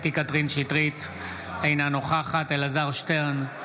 אינה נוכחת אלעזר שטרן,